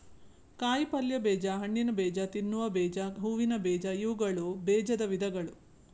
ಕಾಯಿಪಲ್ಯ ಬೇಜ, ಹಣ್ಣಿನಬೇಜ, ತಿನ್ನುವ ಬೇಜ, ಹೂವಿನ ಬೇಜ ಇವುಗಳು ಬೇಜದ ವಿಧಗಳು